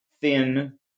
thin